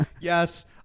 yes